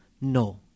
No